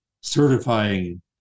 certifying